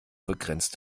begrenzt